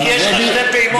כי יש לך שתי פעימות.